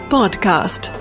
Podcast